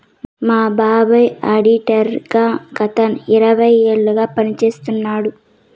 మా బాబాయ్ ఆడిటర్ గత ఇరవై ఏళ్లుగా పని చేస్తున్నాడు